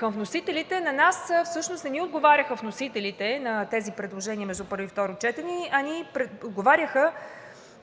към вносителите, на нас всъщност не ни отговаряха вносителите на тези предложения между първо и второ четене, а ни отговаряха